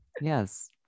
yes